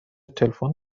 تلفن